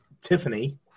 Tiffany